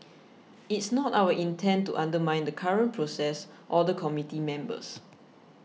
it's not our intent to undermine the current process or the committee members